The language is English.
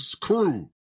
crew